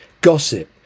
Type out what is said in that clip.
gossip